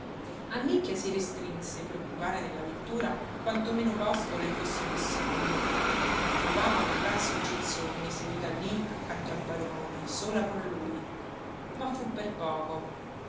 leggere annicchia si restrinse per occupare nella vettura quanto meno posto le fosse possibile provava una gran soggezione seduta lì accanto al padrone sola con lui ma fu per poco